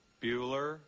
Bueller